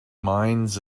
minds